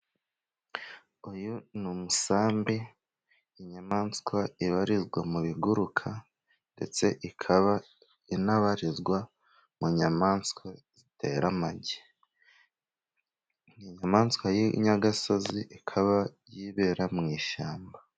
Uyu ni umusambi, inyamaswa ibarizwa mu biguruka, ndetse ikaba inabarizwa mu nyamaswa zitera amagi. Ni inyamaswa y'inyagasozi, ikaba yibera mu ishyamba.